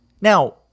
Now –